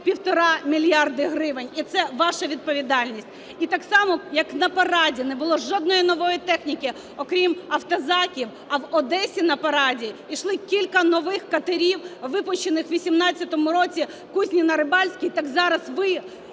півтора мільярди гривень. І це ваша відповідальність. І так само, як на параді не було жодної нової техніки, окрім автозаків, а в Одесі на параді йшли кілька нових катерів, випущених у 18-му році в "Кузні на Рибальському", так зараз ви